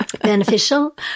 Beneficial